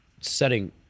setting